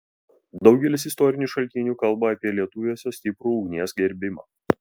daugelis istorinių šaltinių kalba apie lietuviuose stiprų ugnies gerbimą